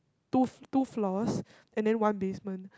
two two floors and then one basement